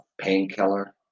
painkiller